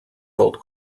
gold